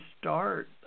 start